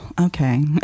okay